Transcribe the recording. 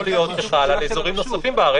יכול להיות שחל על אזורים נוספים בארץ,